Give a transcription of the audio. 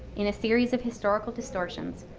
in a series of historical distortions,